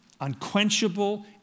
unquenchable